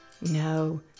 No